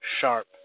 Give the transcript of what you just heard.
sharp